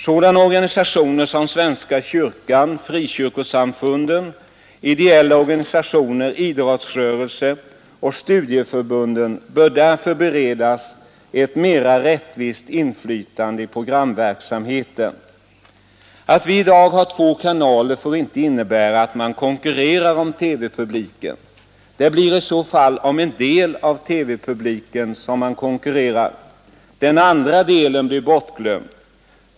Sådana organisationer som svenska kyrkan, frikyrkosamfunden, ideella organisationer, idrotts — Nr 131 rörelsen och studieförbunden bör därför beredas ett mera rättvist Tisdagen den inflytande i programverksamheten. Att vi i dag har två kanaler får inte 5 december 1972 innebära att man konkurrerar om TV-publiken. Det blir i så fall om en del av TV-publiken som man konkurrerar; den andra delen blir Rundradiofrågor bortglömd.